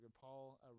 Paul